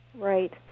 Right